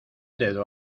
dedo